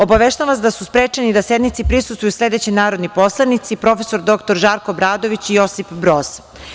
Obaveštavam vas da su sprečeni da sednici prisustvuju sledeći narodni poslanici: prof. dr Žarko Obradović i Josip Broz.